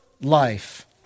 life